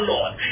Lord